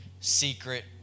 secret